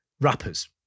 rappers